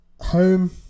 home